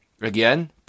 Again